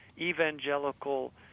evangelical